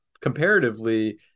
comparatively